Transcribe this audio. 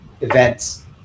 events